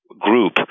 group